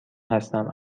هستم